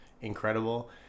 incredible